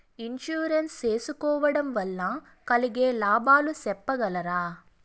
Insurance సేసుకోవడం వల్ల కలిగే లాభాలు సెప్పగలరా?